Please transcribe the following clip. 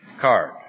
card